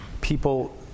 people